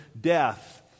death